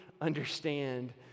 understand